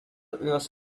was